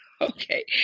Okay